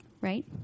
right